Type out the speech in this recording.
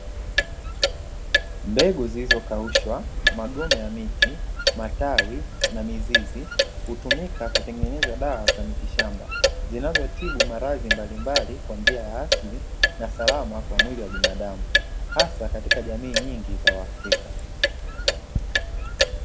Mbegu zilizokaushwa magome ya miti, matawi na mizizi hutumika kutengeneza dawa za miti shamba, zinazotibu maradhi mbalimbali kwa njia ya asili na salama kwa mwili wa binadamu hasa katika jamii nyingi za wa Afrika.